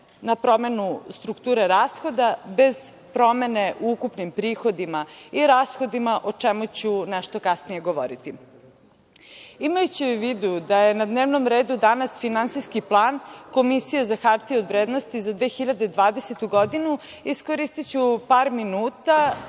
na promenu strukture rashoda bez promene u ukupnim prihodima i rashodima, o čemu ću nešto kasnije govoriti. Imajući u vidu da je na dnevnom redu danas finansijski plan Komisije za hartije od vrednosti za 2020. godinu, iskoristiću par minuta